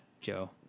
joe